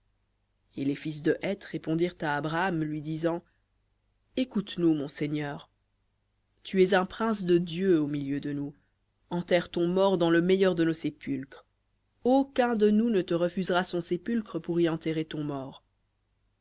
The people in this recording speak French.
et les fils de heth répondirent à abraham lui disant écoute nous mon seigneur tu es un prince de dieu au milieu de nous enterre ton mort dans le meilleur de nos sépulcres aucun de nous ne te refusera son sépulcre pour y enterrer ton mort